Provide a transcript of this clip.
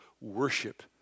worship